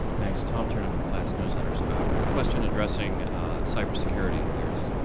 thanks, tom turner with plats newsletters. a question addressing cyber security. there's,